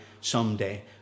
someday